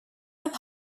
have